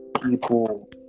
people